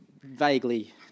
vaguely